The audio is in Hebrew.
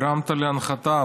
הרמת להנחתה.